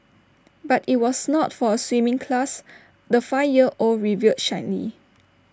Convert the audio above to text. but IT was not for A swimming class the five year old revealed shyly